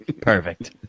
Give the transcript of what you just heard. Perfect